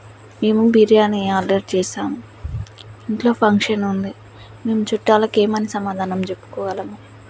మేము బిర్యానీ ఆర్డర్ చేసాం ఇంట్లో ఫంక్షన్ ఉంది మేం చుట్టాలకి ఏమని సమాధానం చెప్పుకోవాలమ్మా